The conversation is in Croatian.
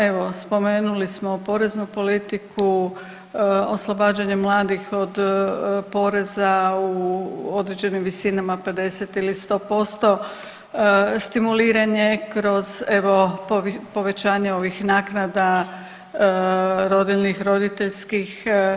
Evo spomenuli smo poreznu politiku, oslobađanje mladih od poreza u određenim visinama 50 ili 100%, stimuliranje kroz evo povećanje ovih naknada rodiljnih, roditeljskih.